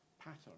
pattern